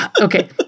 Okay